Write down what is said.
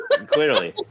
clearly